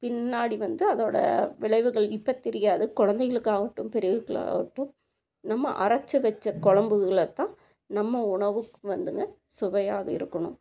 பின்னாடி வந்து அதோட விளைவுகள் இப்போ தெரியாது குழந்தைகளுக்கு ஆகட்டும் பெரியவர்களுக்கு ஆகட்டும் நம்ம அரைச்சு வச்ச குழம்புகள தான் நம்ம உணவுக்கு வந்துங்க சுவையாக இருக்கணும்